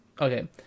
Okay